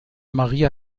maria